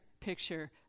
picture